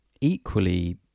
equally